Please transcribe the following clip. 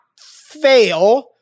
fail